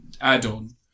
add-on